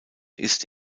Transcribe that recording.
ist